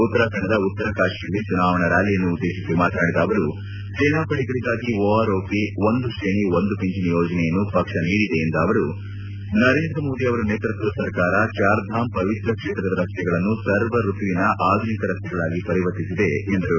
ಉತ್ತರಾಖಂಡದ ಉತ್ತರಕಾಶಿಯಲ್ಲಿ ಚುನಾವಣಾ ರ್ನಾಲಿಯನ್ನು ಉದ್ದೇಶಿಸಿ ಮಾತನಾಡಿದ ಅವರು ಸೇನಾ ಪಡೆಗಳಿಗಾಗಿ ಓರ್ಓಪಿ ಒಂದು ಶ್ರೇಣಿ ಒಂದು ಪಿಂಚಣಿ ಯೋಜನೆಯನ್ನು ಪಕ್ಷ ನೀಡಿದೆ ಎಂದ ಅವರು ನರೇಂದ್ರ ಮೋದಿ ಅವರ ನೇತೃತ್ವದ ಸರ್ಕಾರ ಚಾರ್ಧಾಮ್ ಪವಿತ್ರ ಕ್ಷೇತ್ರದ ರಸ್ತೆಗಳನ್ನು ಸರ್ವ ಋತು ಆಧುನಿಕ ರಸ್ತೆಗಳಾಗಿ ಪರಿವರ್ತಿಸಿದ್ದಾರೆ ಎಂದು ಹೇಳಿದರು